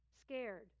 scared